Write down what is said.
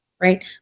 right